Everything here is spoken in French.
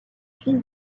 fils